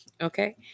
Okay